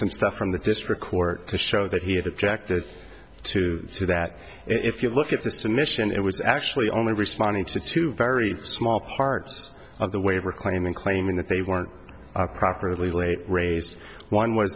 some stuff from the district court to show that he had objected to so that if you look at the submission it was actually only responding to two very small parts of the waiver claim and claiming that they weren't properly late raised one wa